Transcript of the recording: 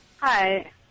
Hi